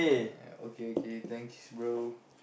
okay okay thanks bro